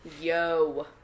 Yo